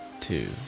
two